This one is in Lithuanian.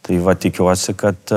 tai va tikiuosi kad